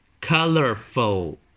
Colorful